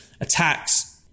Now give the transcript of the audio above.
attacks